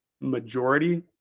majority